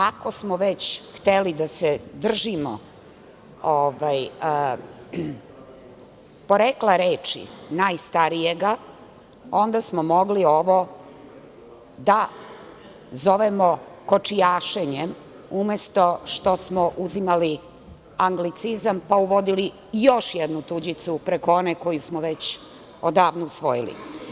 Ako smo već hteli da se držimo porekla reči, najstarijega, onda smo mogli ovo da zovemo kočijašenjem, umesto što smo uzimali anglicizam pa uvodili još jednu tuđicu, preko one koje smo već odavno usvojili.